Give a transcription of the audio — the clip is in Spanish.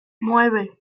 nueve